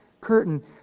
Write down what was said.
curtain